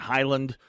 Highland